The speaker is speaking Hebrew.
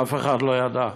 אף אחד לא ידע.